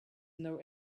know